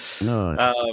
No